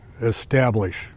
establish